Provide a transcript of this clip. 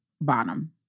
bottom